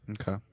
okay